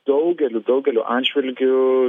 daugeliu daugeliu atžvilgių